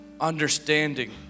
understanding